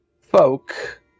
folk